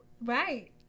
Right